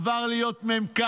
עבר להיות מ"כ,